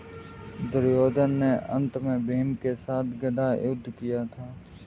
दुर्योधन ने अन्त में भीम के साथ गदा युद्ध किया था